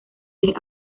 tres